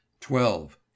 Twelve